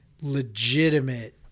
legitimate